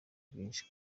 byinshi